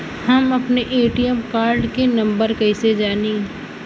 हम अपने ATM card के नंबर कइसे जानी?